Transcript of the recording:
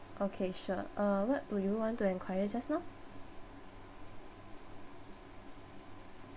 okay sure uh what would you want to enquire just now